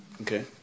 Okay